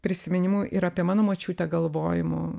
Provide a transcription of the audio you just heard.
prisiminimų ir apie mano močiutę galvojimų